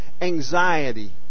anxiety